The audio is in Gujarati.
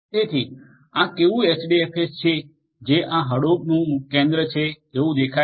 તેથી આ કેવું એચડીએફએસ છે જે આ હડુપનું કેન્દ્ર છે એવું દેખાય છે